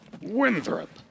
Winthrop